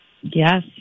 Yes